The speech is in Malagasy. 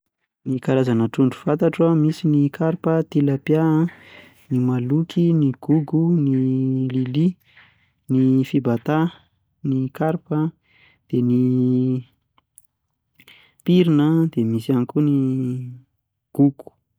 Ny karazana trondro fantatro an, misy ny karpa, ny tilapia, ny mahaloky, ny gogo, ny lily, ny fibata, ny karpa, ny pirina, dia misy ihany koa ny gogo.